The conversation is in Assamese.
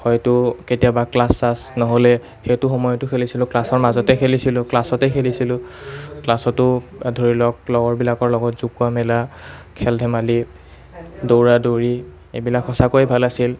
হয়তো কেতিয়াবা ক্লাছ চাছ নহ'লে সেইটো সময়তো খেলিছিলোঁ ক্লাছৰ মাজতে খেলিছিলোঁ ক্লাছতে খেলিছিলোঁ ক্লাছতো ধৰি লওক লগৰবিলাকৰ লগত জোকোৱা মেলা খেল ধেমালি দৌৰা দৌৰি এইবিলাক সঁচাকৈয়ে ভাল আছিল